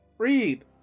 Read